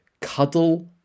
cuddle